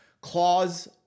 Clause